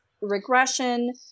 regression